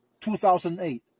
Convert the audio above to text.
2008